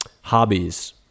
Hobbies